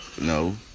No